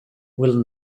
will